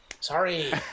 Sorry